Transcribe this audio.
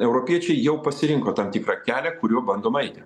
europiečiai jau pasirinko tam tikrą kelią kuriuo bandoma eiti